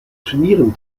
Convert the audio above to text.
turnieren